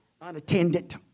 unattended